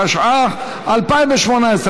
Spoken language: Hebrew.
התשע"ח 2018,